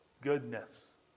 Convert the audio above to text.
goodness